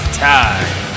time